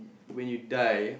when you die